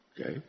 Okay